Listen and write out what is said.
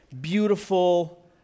beautiful